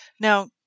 Now